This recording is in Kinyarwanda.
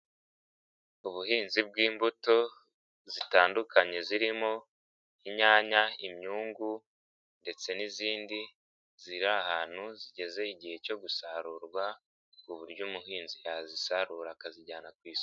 Ubuhinzi bw'imbuto zitandukanye zirimo: inyanya, imyungu ndetse n'izindi ziri ahantu zigeze igihe cyo gusarurwa, ku buryo umuhinzi yazisarura akazijyana ku isoko.